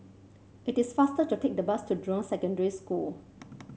it is faster to take the bus to Jurong Secondary School